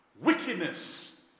wickedness